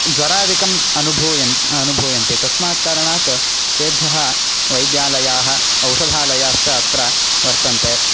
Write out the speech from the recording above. ज्वरादिकम् अनुभूयन् अनुभूयन्ते तस्मात् कारणात् तेभ्यः वैद्यालयाः औषधालयाश्च अत्र वर्तन्ते